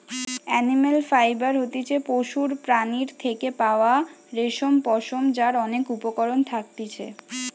animal fibre হতিছে পশুর প্রাণীর থেকে পাওয়া রেশম, পশম যার অনেক উপকরণ থাকতিছে